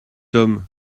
homme